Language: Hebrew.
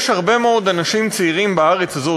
יש הרבה מאוד אנשים צעירים בארץ הזאת,